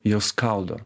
jos skaldo